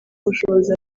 bushobozi